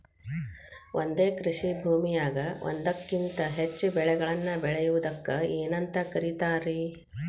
ಒಂದೇ ಕೃಷಿ ಭೂಮಿಯಾಗ ಒಂದಕ್ಕಿಂತ ಹೆಚ್ಚು ಬೆಳೆಗಳನ್ನ ಬೆಳೆಯುವುದಕ್ಕ ಏನಂತ ಕರಿತಾರಿ?